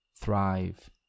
thrive